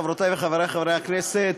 חברותי וחברי חברי הכנסת,